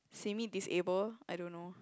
simi disable I don't know